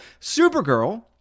Supergirl